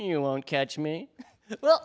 you won't catch me well